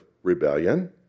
rebellion